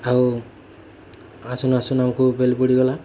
ଆଉ ଆସୁନୁ ଆସୁନୁ ଆମକୁ ବେଲ୍ ବୁଡ଼ି ଗଲା